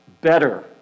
better